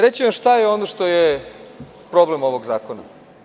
Reći ću vam šta je ono što je problem ovog zakona.